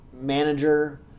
manager